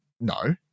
No